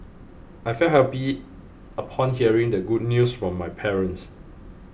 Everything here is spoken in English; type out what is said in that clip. I felt happy upon hearing the good news from my parents